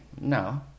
No